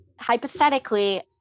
hypothetically